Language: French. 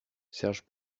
serge